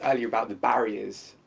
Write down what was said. ah earlier about the barriers.